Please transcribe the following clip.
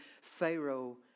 Pharaoh